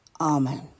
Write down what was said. Amen